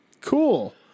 cool